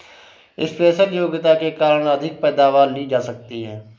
special योग्यता के कारण अधिक पैदावार ली जा सकती है